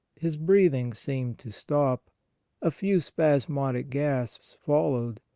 his breathing seemed to stop a few spasmodic gasps followed,